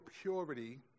purity